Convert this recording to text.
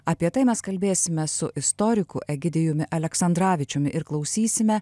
apie tai mes kalbėsime su istoriku egidijumi aleksandravičiumi ir klausysime